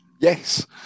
Yes